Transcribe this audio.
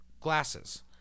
glasses